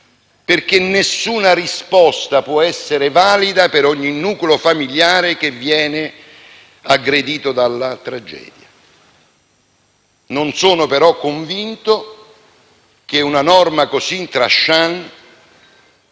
perché nessuna risposta può essere valida per ogni nucleo familiare che viene aggredito dalla tragedia. Non sono però convinto che una norma così *tranchant*